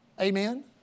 Amen